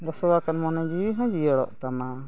ᱜᱚᱥᱚ ᱟᱠᱟᱱ ᱢᱚᱱᱮ ᱡᱤᱣᱤ ᱦᱚᱸ ᱡᱤᱭᱟᱹᱲᱚᱜ ᱛᱟᱢᱟ